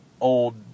old